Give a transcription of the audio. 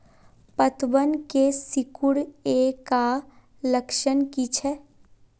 पतबन के सिकुड़ ऐ का लक्षण कीछै?